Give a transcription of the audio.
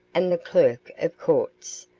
and the clerk of courts,